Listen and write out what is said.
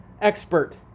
expert